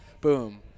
boom